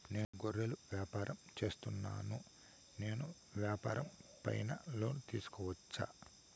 నేను గొర్రెలు వ్యాపారం సేస్తున్నాను, నేను వ్యాపారం పైన లోను తీసుకోవచ్చా?